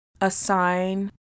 assign